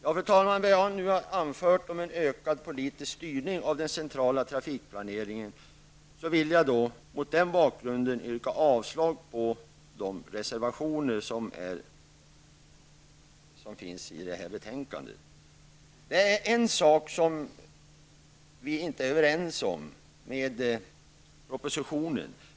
Med vad jag nu anfört om en ökad politisk styrning av den centrala trafikplaneringen vill jag yrka avslag på reservationerna till detta betänkande. Det är på en punkt vi inte är överens med propositionen.